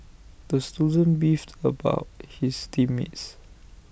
the student beefed about his team mates